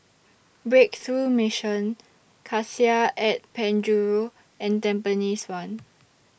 Breakthrough Mission Cassia At Penjuru and Tampines one